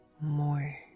more